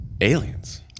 aliens